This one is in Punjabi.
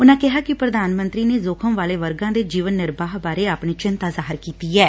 ਉਨੂਾ ਕਿਹਾ ਕਿ ਪ੍ਰਧਾਨ ਮੰਡਰੀ ਨੇ ਜੋਖ਼ਮ ਵਾਲੇ ਵਰਗਾ ਦੇ ਜੀਵਨ ਨਿਰਬਾਹ ਬਾਰੇ ਆਪਣੀ ਚਿੰਤਾ ਜ਼ਾਹਿਰ ਕੀਤੀ ਐਂ